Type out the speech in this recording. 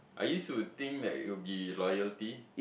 I used to think that it will be loyalty